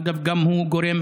אגב, הוא גם גורם